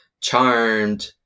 Charmed